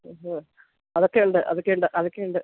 ആഹാ അതൊക്കെയുണ്ട് അതൊക്കെയുണ്ട് അതൊക്കെയുണ്ട്